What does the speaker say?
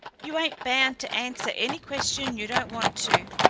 you ain't bound to answer any question you don't want to.